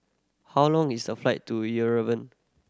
how long is the flight to Yerevan